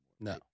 No